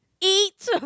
eat